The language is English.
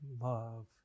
love